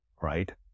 right